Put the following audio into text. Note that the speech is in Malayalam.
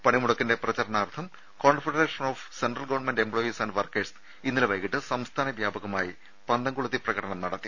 പണിമുടക്കിന്റെ പ്രചരണാർത്ഥം confederation of central government employees and workers ഇന്നലെ വൈകീട്ട് സംസ്ഥാന വ്യാപകമായി പന്തംകൊളുത്തി പ്രകടനം നടത്തി